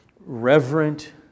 reverent